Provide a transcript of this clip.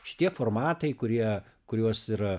šitie formatai kurie kuriuos ir